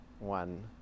One